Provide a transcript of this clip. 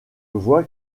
vois